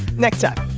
next time